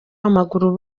w’amaguru